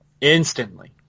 instantly